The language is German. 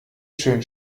schön